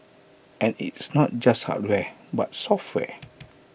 and it's not just hardware but software